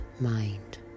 mind